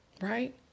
right